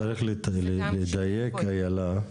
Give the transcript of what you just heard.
צריך לדייק אילה,